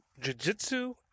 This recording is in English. jujitsu